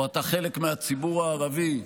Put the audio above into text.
או אתה חלק מהציבור הערבי,